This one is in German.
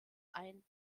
ein